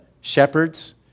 shepherds